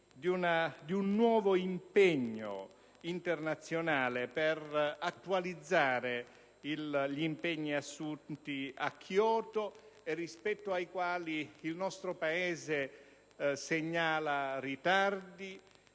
di un nuovo impegno internazionale, per attualizzare gli impegni assunti a Kyoto e rispetto ai quali il nostro Paese segnala ritardi